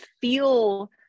feel